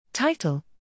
Title